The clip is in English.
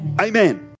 Amen